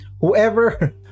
whoever